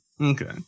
Okay